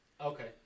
Okay